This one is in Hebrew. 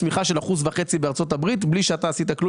צמיחה של אחוז וחצי בארצות-הברית בלי שאתה עשית כלום